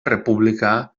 república